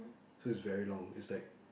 so is very long is like